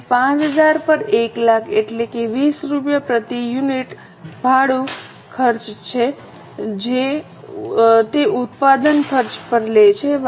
તેથી 5000 પર 100000 એટલે કે 20 રૂપિયા પ્રતિ યુનિટ ભાડુ ખર્ચ છે જે તે ઉત્પાદન ખર્ચ પર લે છે